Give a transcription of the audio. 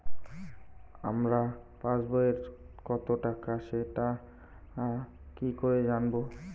আমার পাসবইয়ে কত টাকা আছে সেটা কি করে জানবো?